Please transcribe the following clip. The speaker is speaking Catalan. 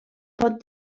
pot